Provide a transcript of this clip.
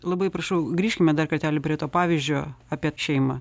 labai prašau grįžkime dar kartelį prie to pavyzdžio apie šeimą